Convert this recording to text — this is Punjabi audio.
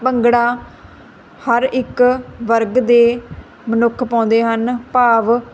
ਭੰਗੜਾ ਹਰ ਇੱਕ ਵਰਗ ਦੇ ਮਨੁੱਖ ਪਾਉਂਦੇ ਹਨ ਭਾਵ